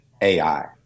AI